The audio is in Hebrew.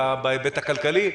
הכלכלי,